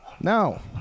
No